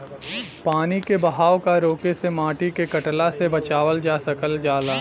पानी के बहाव क रोके से माटी के कटला से बचावल जा सकल जाला